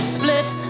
split